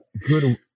good